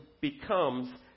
becomes